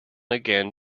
again